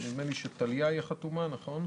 וטליה היא החתומה עליו.